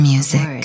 Music